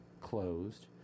closed